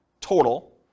total